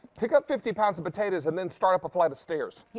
pick up fifty pounds of potatoes and then start up aflight of stairs. yeah